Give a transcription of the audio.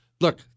Look